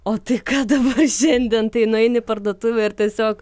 o tai ką dabar šiandien tai nueini į parduotuvę ir tiesiog